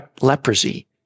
leprosy